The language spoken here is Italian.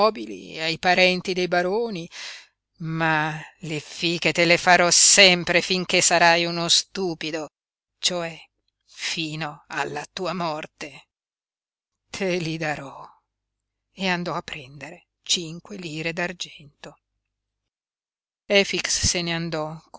ai parenti dei baroni ma le fiche te le farò sempre finché sarai uno stupido cioè fino alla tua morte te li darò e andò a prendere cinque lire d'argento efix se ne andò